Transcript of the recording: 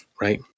Right